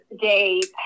days